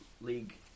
League